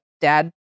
dad